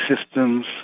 systems